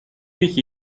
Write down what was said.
mich